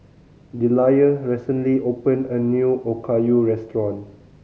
Deliah recently opened a new Okayu Restaurant